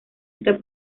esta